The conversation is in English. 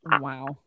wow